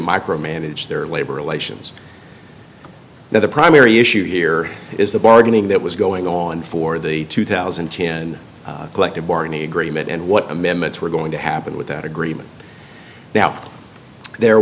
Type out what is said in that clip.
micromanage their labor relations now the primary issue here is the bargaining that was going on for the two thousand and ten collective bargaining agreement and what amendments were going to happen with that agreement now there